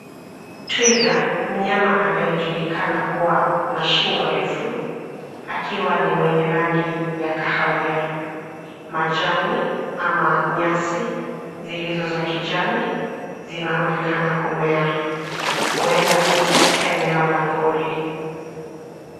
Twiga mnyama anayejulikana kuwa na shingo refu akiwa ni mwenye rangi ya kahawia. Majani ama nyasi zilizo za kijani zinaonekana kumea. Huenda ni katika eneo la pori.